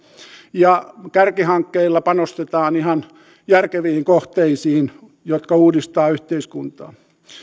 ja kärkihankkeilla panostetaan ihan järkeviin kohteisiin jotka uudistavat yhteiskuntaa